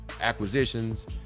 acquisitions